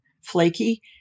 flaky